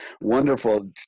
wonderful